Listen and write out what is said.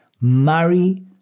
marry